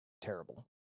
terrible